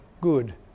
good